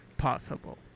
Possible